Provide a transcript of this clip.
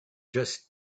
just